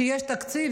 שיש תקציב,